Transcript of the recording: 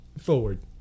forward